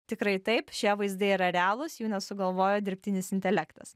tikrai taip šie vaizdai yra realūs jų nesugalvojo dirbtinis intelektas